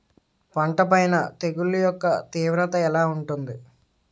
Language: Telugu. పంట పైన తెగుళ్లు యెక్క తీవ్రత ఎలా ఉంటుంది